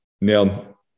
Now